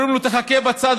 אומרים: תחכה בצד,